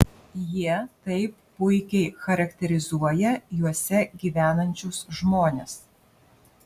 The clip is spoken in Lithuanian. jie taip puikiai charakterizuoja juose gyvenančius žmones